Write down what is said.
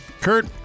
Kurt